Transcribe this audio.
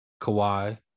Kawhi